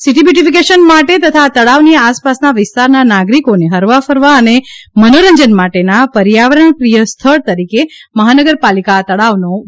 city beautification માટે તથા આ તળાવની આસપાસના વિસ્તારના નાગરિકોને હરવા ફરવા અને મનોરંજન માટેના પર્યાવરણપ્રિય સ્પોટ તરીકે મહાનગરપાલિકા આ તળાવનો વિકાસ કરશે